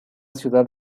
ciudad